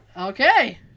Okay